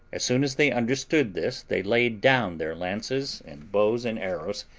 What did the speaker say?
as soon as they understood this they laid down their lances, and bows and arrows,